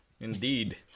indeed